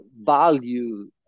value